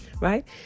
right